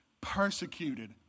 Persecuted